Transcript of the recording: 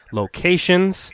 locations